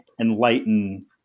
enlighten